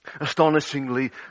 Astonishingly